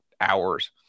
hours